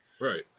Right